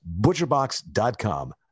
butcherbox.com